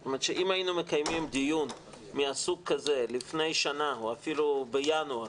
זאת אומרת שאם היינו מקיימים דיון מהסוג הזה לפני שנה או אפילו בינואר